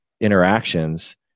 interactions